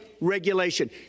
regulation